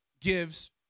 gives